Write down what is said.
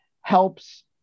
helps